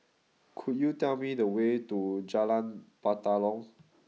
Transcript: could you tell me the way to Jalan Batalong